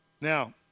Now